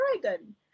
dragon